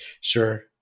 Sure